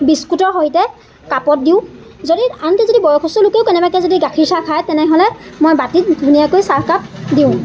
বিস্কুটৰ সৈতে কাপত দিওঁ যদি আনকি যদি বয়সস্থ লোকেও কেনেবাকৈ যদি গাখীৰ চাহ খায় তেনেহ'লে মই বাটিত ধুনীয়াকৈ চাহকাপ দিওঁ